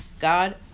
God